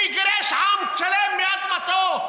מי גירש עם שלם מאדמתו?